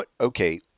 Okay